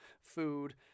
food